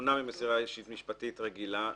שונה ממסירה אישית משפטית רגילה.